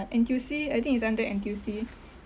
N_T_U_C I think is under N_T_U_C